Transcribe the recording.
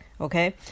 Okay